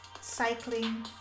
cycling